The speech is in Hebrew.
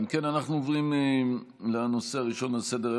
ברשות יושב-ראש הכנסת,